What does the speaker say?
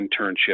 internship